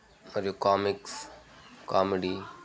మరియు comics comedy